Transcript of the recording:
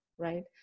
right